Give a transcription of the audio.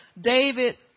David